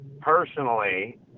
personally